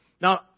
Now